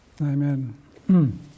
Amen